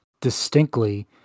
distinctly